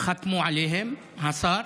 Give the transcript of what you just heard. חתמו עליהן, השר.